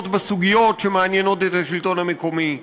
בסוגיות שמעניינות את השלטון המקומי,